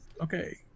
Okay